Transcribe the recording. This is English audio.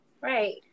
Right